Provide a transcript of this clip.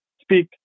speak